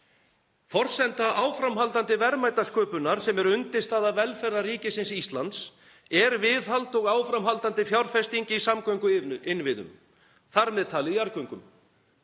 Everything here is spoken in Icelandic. Forsenda áframhaldandi verðmætasköpunar, sem er undirstaða velferðarríkisins Íslands, er viðhald og áframhaldandi fjárfesting í samgönguinnviðum, þar með talið jarðgöngum.